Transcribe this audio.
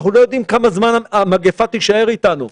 אנחנו לא יודעים כמה זמן המגפה תישאר אתנו.